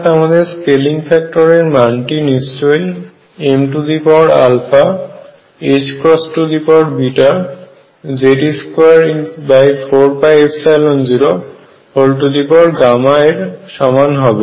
অর্থাৎ আমাদের স্কেলিং ফ্যাক্টরের মান টি নিশ্চয়ই mZe24π0 এর সমান হবে